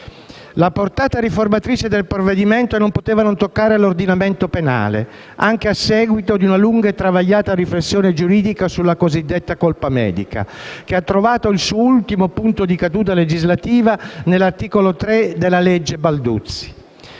La portata riformatrice del provvedimento in esame non poteva non toccare l'ordinamento penale, anche a seguito di una lunga e travagliata riflessione giuridica sulla cosiddetta colpa medica, che ha trovato il suo ultimo punto di caduta legislativa nell'articolo 3 della cosiddetta legge Balduzzi.